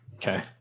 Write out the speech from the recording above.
okay